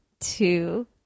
two